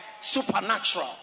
supernatural